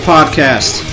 Podcast